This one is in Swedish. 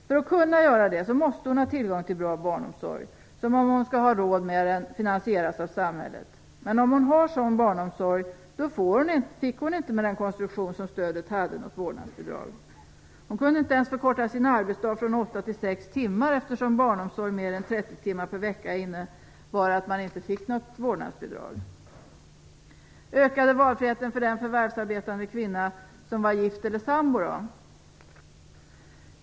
För att kunna göra det måste hon ha tillgång till bra barnomsorg som, om hon skall ha råd med den, finansieras av samhället. Om hon har en sådan barnomsorg fick hon inget vårdnadsbidrag med den konstruktion som det hade. Hon kunde inte ens förkorta sin arbetsdag från åtta till sex timmar eftersom barnomsorg mer än 30 timmar per vecka innebar att man inte fick något vårdnadsbidrag. Ökade då valfriheten för den kvinna som var gift eller sambo?